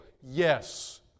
Yes